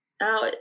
Now